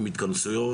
התכנסויות.